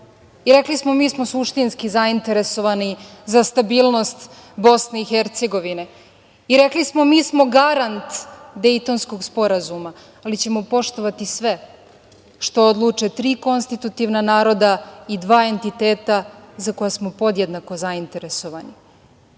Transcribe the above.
i rekli smo - mi smo zainteresovani za stabilnost BiH i rekli smo – mi smo garant Dejtonskog sporazuma, ali ćemo poštovati sve što odluče tri konstitutivna naroda i dva entiteta za koja smo podjednako zainteresovani.